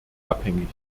abhängig